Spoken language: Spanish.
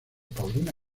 paulina